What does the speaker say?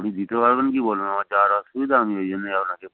আপনি দিতে পারবেন কি বলুন আমার যাওয়ার অসুবিধা আমি ওই জন্যেই আপনাকে ক